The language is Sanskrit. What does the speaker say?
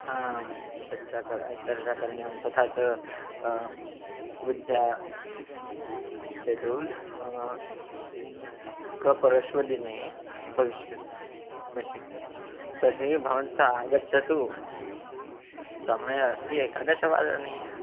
आं चर्चा करणीया चर्चा करणीया तथा च विद्या शेड्यूल् प्रपरश्वदिने भविष्यति मिटिङ्ग् तर्हि भवान् आगच्छन्तु समयः अस्ति एकादशवादने